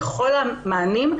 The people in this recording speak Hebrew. לכל המענים,